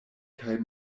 kaj